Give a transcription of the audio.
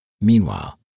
Meanwhile